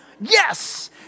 yes